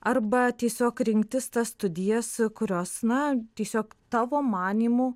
arba tiesiog rinktis tas studijas kurios na tiesiog tavo manymu